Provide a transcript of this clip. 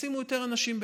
ותשימו יותר אנשים ביחד.